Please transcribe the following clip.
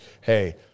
hey